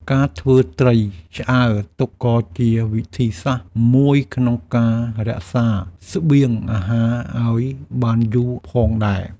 ការធ្វើត្រីឆ្អើរទុកក៏ជាវិធីសាស្ត្រមួយក្នុងការរក្សាស្បៀងអាហារឱ្យបានយូរផងដែរ។